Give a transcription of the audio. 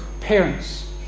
Parents